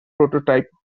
prototype